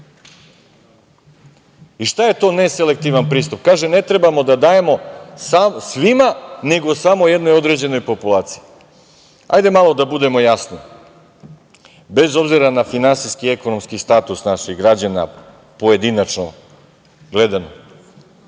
je to neselektivan pristup? Kaže, ne trebamo da dajemo svima nego samo jednoj određenoj populaciji. Hajdemo malo da budemo jasni, bez obzira na finansijski i ekonomski status naših građana pojedinačno gledano,